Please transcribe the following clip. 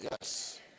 Yes